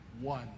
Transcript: one